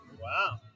wow